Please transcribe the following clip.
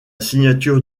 signature